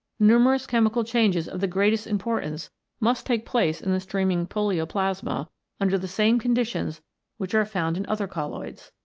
numerous chemical changes of the greatest importance must take place in the streaming polioplasma under the same conditions which are found in other colloids.